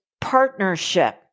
partnership